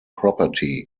property